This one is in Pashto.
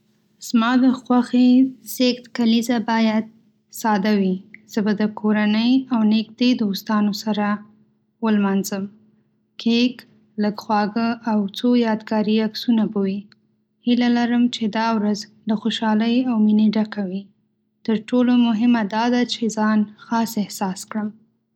زما د خوښې زیږد کلیزه باید ساده وي. زه به د کورنۍ او نږدې دوستانو سره ولمانځم. کیک، لږ خواږه، او یو څو یادګاري عکسونه به وي. هیله لرم چې دا ورځ له خوشحالۍ او مینې ډکه وي. تر ټولو مهمه دا ده چې ځان خاص احساس کړم.